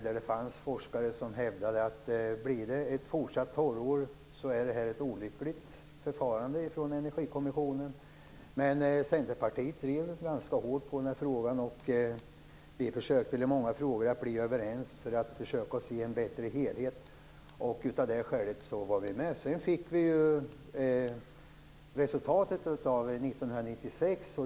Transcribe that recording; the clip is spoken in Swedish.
Det fanns forskare som hävdade att det skulle vara olyckligt om det blev ett fortsatt torrår. Centerpartiet drev denna fråga hårt. Vi försökte att bli överens i många frågor, för att få en bättre helhet. Av det skälet var vi med. Sedan såg vi resultatet av 1996.